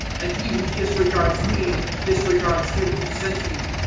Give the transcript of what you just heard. and he who disregards me disregards him who sent me.